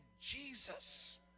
Jesus